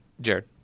Jared